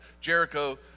Jericho